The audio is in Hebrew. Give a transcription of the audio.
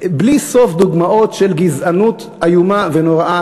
בלי סוף דוגמאות של גזענות איומה ונוראה,